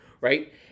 Right